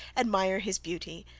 admire his beauty,